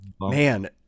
Man